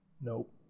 Nope